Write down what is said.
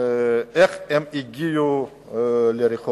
לשאלה איך הם הגיעו לרחוב.